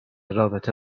رابطه